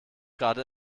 gerade